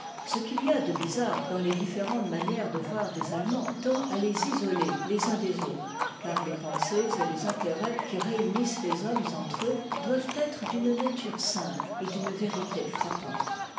ce qu'il y a de bizarre dans les différentes manières de voir des allemands tend à les isoler les uns des autres car les pensées et les intérêts qui réunissent les hommes entre eux doivent être d'une nature simple et d'une vérité frappante